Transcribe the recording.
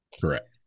Correct